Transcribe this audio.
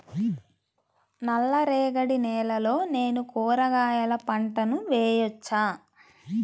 నల్ల రేగడి నేలలో నేను కూరగాయల పంటను వేయచ్చా?